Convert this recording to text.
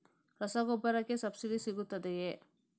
ರಸಗೊಬ್ಬರಕ್ಕೆ ಸಬ್ಸಿಡಿ ಸಿಗುತ್ತದೆಯೇ?